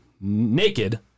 naked